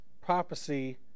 prophecy